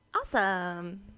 awesome